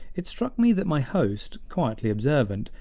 it struck me that my host, quietly observant,